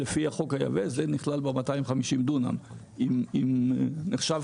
לפי החוק היבש זה נכלל ב-250 דונם אם זה נחשב